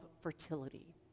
fertility